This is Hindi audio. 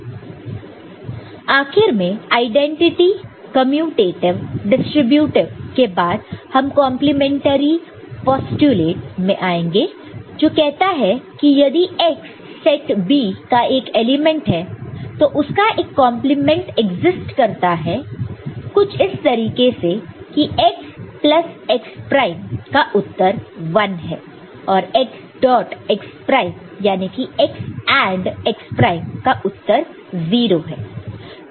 00011 111 00010 11100 आखिर में आईडेंटिटी कमयुटेटिव डिस्ट्रीब्यूटीव के बाद हम कंप्लीमेंट्री पोस्टयूलेट में आएंगे जो कहता है कि यदि x सेट B का एक एलिमेंट है तो उसका एक कंप्लीमेंट इग्ज़िस्ट करता है कुछ इस तरीके से की x प्लस x प्राइम का उत्तर 1 है और x डॉट x प्राइम याने की x AND x प्राइम का उत्तर 0 है